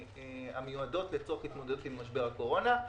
המיועדות לצורך התמודדות עם משבר הקורונה.